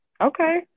Okay